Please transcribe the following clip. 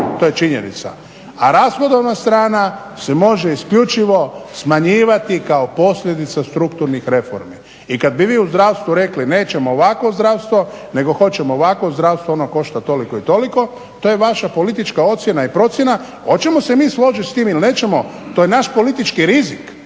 To je činjenica. A rashodovna strana se može isključivo smanjivati kao posljedica strukturnih reformi. I kad bi vi u zdravstvu rekli nećemo ovakvo zdravstvo, nego hoćemo ovakvo zdravstvo, ono košta toliko i toliko to je vaša politička ocjena i procjena. Hoćemo se mi složiti sa tim ili nećemo to je naš politički rizik.